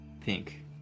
Pink